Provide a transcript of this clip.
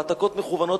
והעתקות מכוונות,